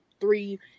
three